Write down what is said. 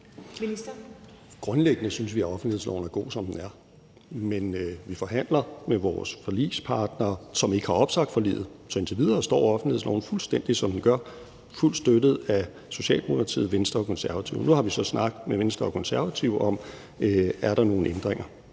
Grundlæggende synes vi, at offentlighedsloven er god, som den er. Men vi forhandler med vores forligspartnere, som ikke har opsagt forliget. Så indtil videre står offentlighedsloven fuldstændig, som den gør – fuldt støttet af Socialdemokratiet, Venstre og Konservative. Nu har vi så en snak med Venstre og Konservative om, om der er nogle ændringer,